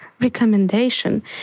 recommendation